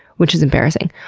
which is embarrassing.